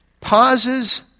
Pauses